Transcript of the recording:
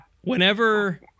whenever